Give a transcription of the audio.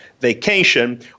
vacation